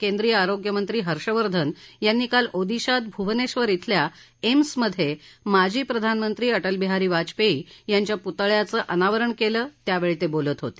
केंद्रीय आरोग्य मंत्री हर्षवर्धन यांनी काल ओदिशात भुवनेश्वर शिल्या एम्समधे माजी प्रधानमंत्री अटलबिहारी वाजपेयी यांच्या पुतळ्यांच्या अनावरण केलं त्यावेळी ते बोलत होते